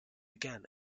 again